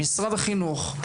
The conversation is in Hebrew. משרד החינוך,